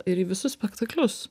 ir į visus spektaklius